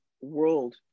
world